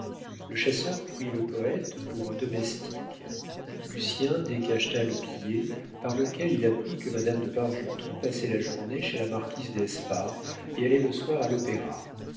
le chasseur prit le poète pour un domestique lucien décacheta le billet par lequel il apprit que madame de bargeton passait la journée chez la marquise d'espard et allait le soir à l'opéra